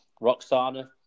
Roxana